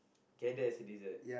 okay that as a dessert